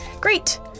Great